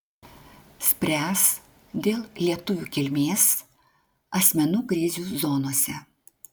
spręs dėl lietuvių kilmės asmenų krizių zonose